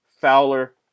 Fowler